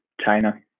China